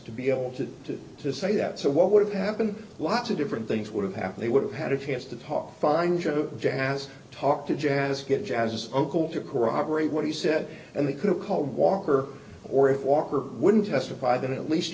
to be able to to to say that so what would have been lots of different things would have happened he would have had a chance to talk fine job jass talk to jazz good jazz uncle to corroborate what he said and they could have called walker or if walker wouldn't testify that at least